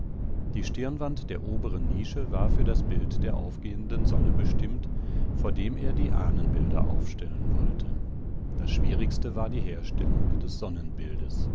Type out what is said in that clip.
die stirnwand der oberen nische war für das bild der aufgehenden sonne bestimmt vor dem er die ahnenbilder aufstellen wollte das schwierigste war die herstellung des